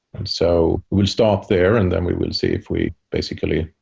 and so we'll stop there and then we will see if we basically,